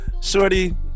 Shorty